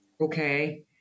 Okay